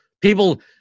People